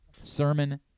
Sermon